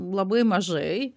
labai mažai